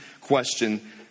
question